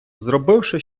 зробивши